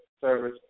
service